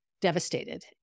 devastated